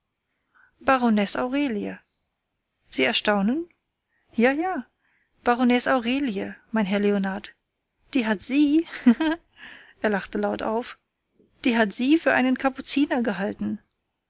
aurelie sie erstaunen ja ja baronesse aurelie mein herr leonard die hat sie er lachte laut auf die hat sie für einen kapuziner gehalten